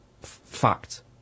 Fact